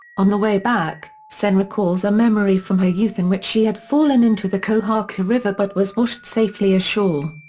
on the way back, sen recalls a memory from her youth in which she had fallen into the kohaku river but was washed safely ashore.